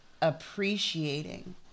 appreciating